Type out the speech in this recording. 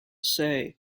say